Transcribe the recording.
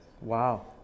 Wow